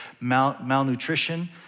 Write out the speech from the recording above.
malnutrition